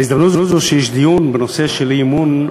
בהזדמנות זו שיש דיון בנושא של אי-אמון,